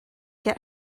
get